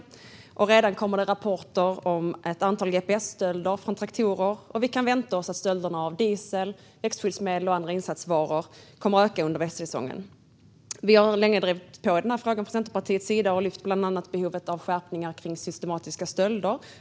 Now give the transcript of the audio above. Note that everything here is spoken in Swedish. Det har redan kommit ett antal rapporter om gps-stölder från traktorer, och vi kan vänta oss att stölderna av diesel, växtskyddsmedel och andra insatsvaror kommer att öka under växtsäsongen. Vi i Centerpartiet har länge drivit på i den här frågan och bland annat lyft fram behovet av straffskärpningar för systematiska stölder.